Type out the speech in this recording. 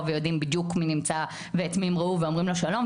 ויודעים בדיוק מי נמצא ואת מי הם ראו ואומרים לו שלום,